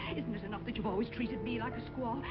isn't it enough that you've always treated me like a squaw.